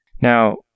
Now